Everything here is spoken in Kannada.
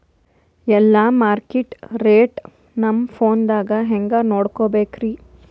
ಎಲ್ಲಾ ಮಾರ್ಕಿಟ ರೇಟ್ ನಮ್ ಫೋನದಾಗ ಹೆಂಗ ನೋಡಕೋಬೇಕ್ರಿ?